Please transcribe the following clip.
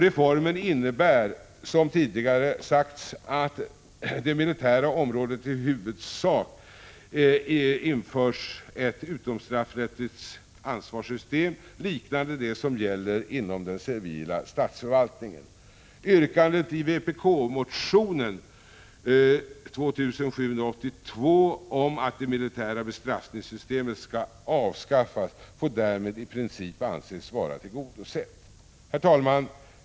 Reformen innebär, som tidigare sagts, att det på det militära området i huvudsak införs ett utomstraffrättsligt ansvarssystem liknande det som gäller inom den civila statsförvaltningen. Yrkandet i vpk-motionen 1984/85:2782 om att den militära bestraffningsrätten skall avskaffas får därmed i princip anses vara tillgodosett. Herr talman!